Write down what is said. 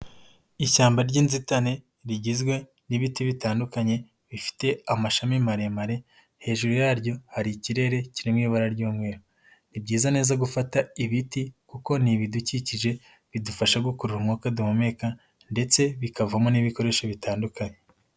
Ishyamba ry'inzitane rigizwe n'ibiti bitandukanye bifite amashami maremare, hejuru yaryo hari ikirere kiri mu ibara ry'umweru. Ni byiza neza gufata ibiti kuko ni ibidukikije bidufasha gukurura umwuka duhumeka, ndetse bikavamo n'ibikoresho bitandukanye.